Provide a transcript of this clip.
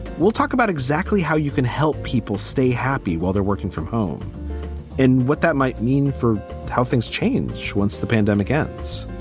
we'll talk about exactly how you can help people stay happy while they're working from home and what that might mean for how things change once the pandemic ends.